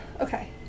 okay